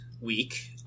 week